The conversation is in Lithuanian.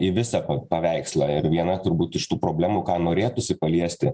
į visą pa paveikslą ir viena turbūt iš tų problemų ką norėtųsi paliesti